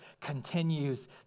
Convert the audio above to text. continues